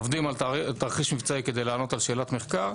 עובדים על תרחיש מבצעי כדי לענות על שאלת מחקר